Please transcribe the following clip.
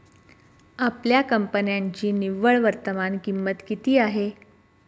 आपल्या कंपन्यांची निव्वळ वर्तमान किंमत किती आहे?